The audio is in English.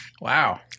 Wow